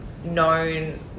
known